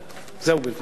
תודה.